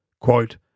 Quote